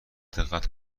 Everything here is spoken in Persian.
دقت